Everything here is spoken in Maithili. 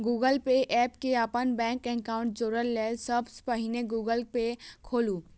गूगल पे एप सं अपन बैंक एकाउंट जोड़य लेल सबसं पहिने गूगल पे खोलू